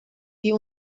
die